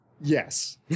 Yes